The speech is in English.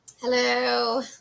Hello